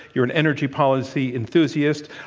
you're an energy policy enthusiast.